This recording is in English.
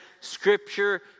Scripture